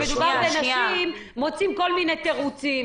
זה מרגיש לי שכשמדובר בנשים מוצאים כל מיני תירוצים.